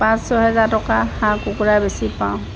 পাঁচ ছহেজাৰ টকা হাঁহ কুকুৰা বেচি পাওঁ